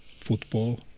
football